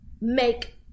make